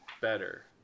better